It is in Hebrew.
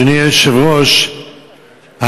אדוני היושב-ראש,